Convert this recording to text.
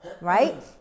right